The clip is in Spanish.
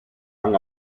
han